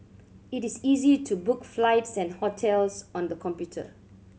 it is easy to book flights and hotels on the computer